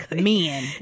men